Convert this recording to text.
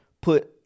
put